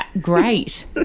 great